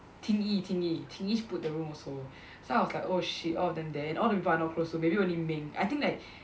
Ting Yi Ting Yi Ting Yi put the room also so I was like oh shit all of them there and all the people I'm not close to maybe only Ming I think that